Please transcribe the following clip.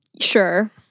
Sure